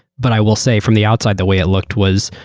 but i will say from the outside the way it looked was,